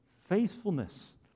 faithfulness